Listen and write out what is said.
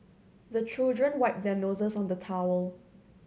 the children wipe their noses on the towel